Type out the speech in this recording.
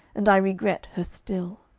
and i regret her still.